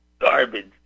garbage